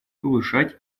повышать